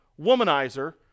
womanizer